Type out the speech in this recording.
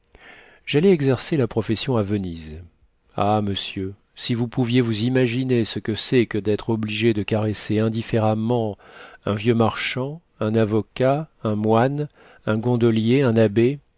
j'allai exercer la profession à venise ah monsieur si vous pouviez vous imaginer ce que c'est que d'être obligée de caresser indifféremment un vieux marchand un avocat un moine un gondolier un abbé